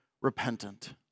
repentant